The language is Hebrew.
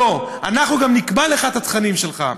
לא, אנחנו גם נקבע לך את התכנים שלך.